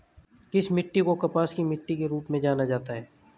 किस मिट्टी को कपास की मिट्टी के रूप में जाना जाता है?